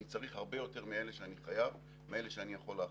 אני צריך הרבה יותר מאלה שאני חייב מאשר אלה שאני יכול להחליף.